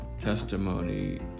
testimony